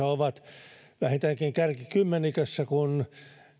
ovat yleensä vähintäänkin kärkikymmenikössä kun